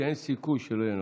שאין סיכוי שלא יהיה נוכח.